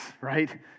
right